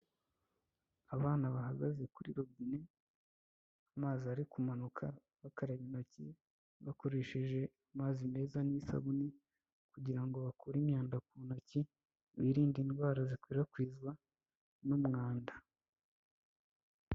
Abana bahagaze kuri robine amazi ari kumanuka bakaraba intoki bakoresheje amazi meza n'isabune, kugirango bakure imyanda ku ntoki birinde indwara zikwirakwizwa n'umwanda.